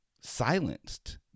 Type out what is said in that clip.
silenced